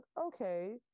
Okay